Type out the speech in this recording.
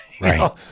Right